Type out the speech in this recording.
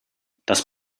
das